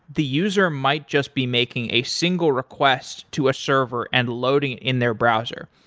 the user might just be making a single request to a server and loading in their browser.